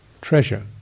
treasure